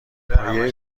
پایه